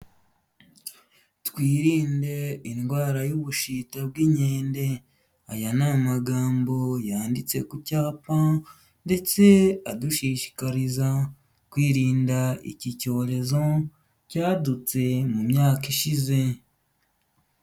Twirinde indwara y'ubushita bw'inkende, aya ni amagambo yanditse ku cyapa, ndetse adushishikariza kwirinda iki cyorezo cyadutse mu myaka ishize.